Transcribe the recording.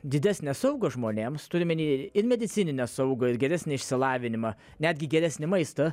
didesnę saugą žmonėms turiu omeny ir medicininę saugą ir geresnį išsilavinimą netgi geresnį maistą